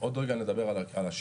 עוד רגע נדבר על השגרה,